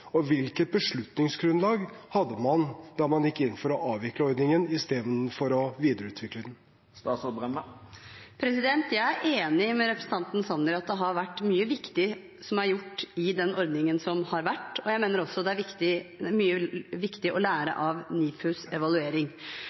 og hvilket beslutningsgrunnlag hadde man da man gikk inn for å avvikle ordningen istedenfor å videreutvikle den? Jeg er enig med representanten Sanner i at det har vært gjort mye viktig i den ordningen som har vært. Jeg mener også det er mye viktig å lære av NIFUs evaluering.